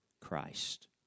Christ